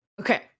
Okay